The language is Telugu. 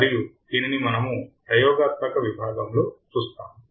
మరియు దీనిని మనము ప్రయోగాత్మక విభాగంలో చూస్తాము